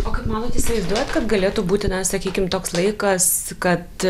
o kaip manote įsivaizduojat kad galėtų būti na sakykim toks laikas kad